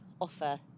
offer